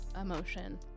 emotion